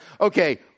okay